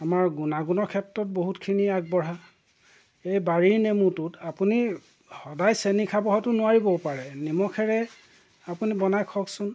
আমাৰ গুণাগুণৰ ক্ষেত্ৰত বহুতখিনি আগবঢ়া এই বাৰীৰৰ নেমুটোত আপুনি সদায় চেনি খাব হয়তো নোৱাৰিবও পাৰে নিমখেৰে আপুনি বনাই খুৱাওকচোন